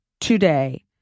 Today